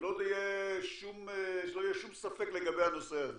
שלא יהיה שום ספק לגבי הנושא הזה